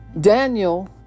Daniel